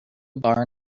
bar